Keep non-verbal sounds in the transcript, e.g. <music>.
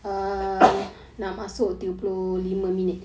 <coughs>